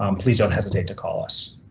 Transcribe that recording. um please don't hesitate to call us.